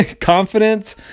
Confident